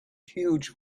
huge